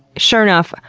sure enough,